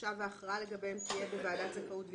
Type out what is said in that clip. עכשיו ההכרעה לגביהם תהיה בוועדת זכאות ואפיון.